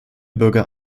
bürger